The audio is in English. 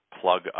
plug